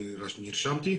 נרשמתי.